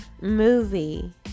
Movie